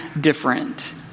different